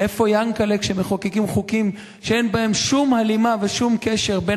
איפה יענקל'ה כשמחוקקים חוקים שאין בהם שום הלימה ושום קשר בין